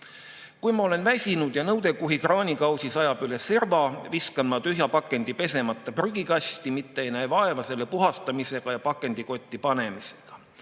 Kui ma olen väsinud ja nõudekuhi kraanikausis ajab üle serva, viskan ma tühja pakendi pesemata prügikasti, mitte ei näe vaeva selle puhastamisega ja pakendikotti panemisega.